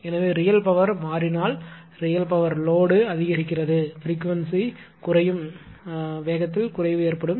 எனவே real power மாறினால் real power load அதிகரிக்கிறது பிரிகுவென்ஸி குறையும் வேகத்தில் குறைவு ஏற்படும்